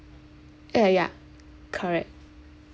uh ya correct